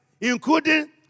including